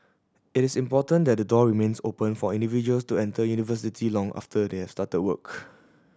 it is important that the door remains open for individuals to enter university long after they have started work